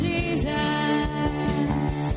Jesus